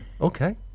Okay